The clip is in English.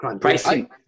Pricing